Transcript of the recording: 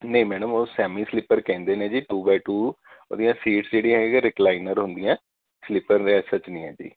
ਨਹੀਂ ਮੈਡਮ ਉਹ semi sleeper ਕਹਿੰਦੇ ਨੇ ਜੀ ਟੂ ਬਾਏ ਟੂ ਉਹਦੀਆਂ ਸੀਟਜ ਜਿਹੜੀਆਂ ਹੈਗੀਆਂ ਰਿਕਲਾਈਨਰ ਹੁੰਦੀਆਂ ਸਲੀਪਰ ਨਹੀਂ ਹੈ ਜੀ